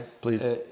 please